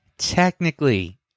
Technically